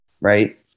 right